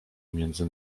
między